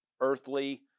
earthly